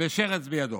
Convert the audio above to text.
ושרץ בידו.